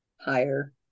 Higher